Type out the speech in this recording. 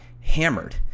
hammered